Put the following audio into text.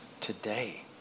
today